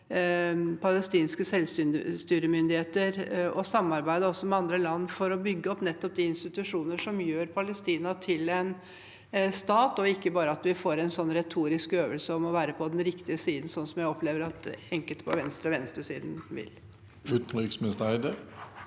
palestinske selvstyremyndigheter og samarbeide også med andre land for å bygge opp nettopp de institusjoner som gjør Palestina til en stat – ikke bare at vi får en retorisk øvelse om å være på den riktige siden, slik som jeg opplever at enkelte på venstresiden vil. Utenriksminister Espen